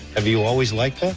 have you always liked that?